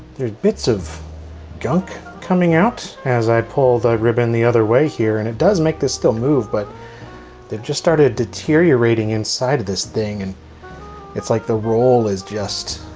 there's bits of gunk coming out as i pull the ribbon the other way here and it does make this still move but it just started deteriorating inside of this thing and it's like the roll is just